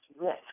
risk